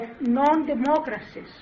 non-democracies